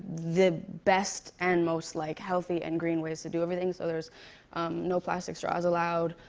the best and most like healthy and green ways to do everything. so there's no plastic straws allowed,